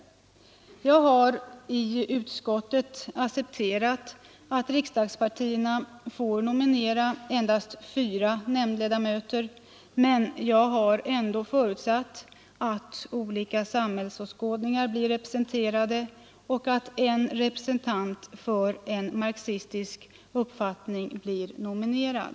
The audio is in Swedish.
Jag har i utskottet accepterat att riksdagspartierna får nominera endast fyra nämndledamöter, men jag har ändå förutsatt att olika samhällsåskådningar blir representerade och att en representant för en marxistisk uppfattning blir nominerad.